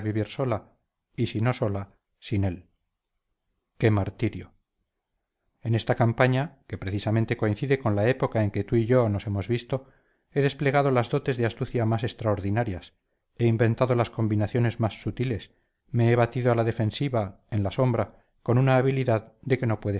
vivir sola y si no sola sin él qué martirio en esta campaña que precisamente coincide con la época en que tú y yo no nos hemos visto he desplegado las dotes de astucia más extraordinarias he inventado las combinaciones más sutiles me he batido a la defensiva en la sombra con una habilidad de que no